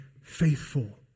faithful